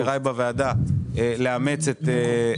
לשמחתי גם חברי הוועדה קיבלו את